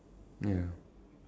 ya